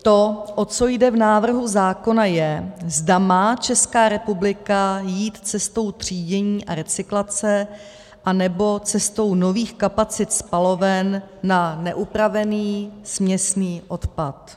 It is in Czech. To, o co jde v návrhu zákona je, zda má Česká republika jít cestou třídění a recyklace, anebo cestou nových kapacit spaloven na neupravený směsný odpad.